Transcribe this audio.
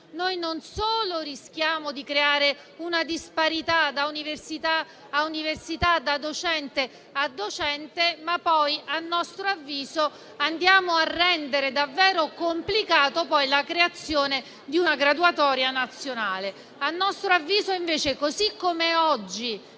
non solo rischiamo di creare una disparità da università a università e da docente a docente, ma poi - a nostro avviso - andiamo a rendere davvero complicata la creazione di una graduatoria nazionale. A nostro avviso invece, così come oggi